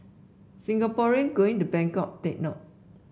Singaporeans going to Bangkok take note